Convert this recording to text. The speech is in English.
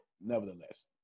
nevertheless